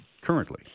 currently